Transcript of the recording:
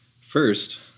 First